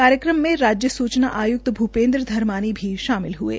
कार्यक्रमों में राज्य सूचना आयुक्त भूपेन्द्र धर्मानी भी शामिल हये